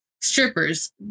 Strippers